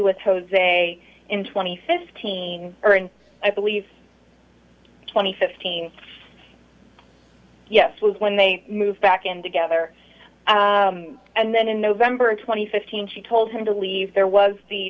with jose in twenty fifteen or and i believe twenty fifteen yes was when they moved back in together and then in november twenty fifth scene she told him to leave there was the